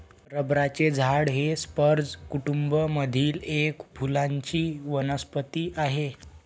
रबराचे झाड हे स्पर्ज कुटूंब मधील एक फुलांची वनस्पती आहे